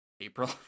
april